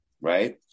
right